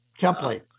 template